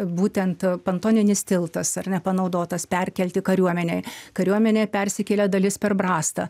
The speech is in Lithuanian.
būtent pantoninis tiltas ar ne panaudotas perkelti kariuomenę kariuomenė persikėlė dalis per brastą